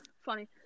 Funny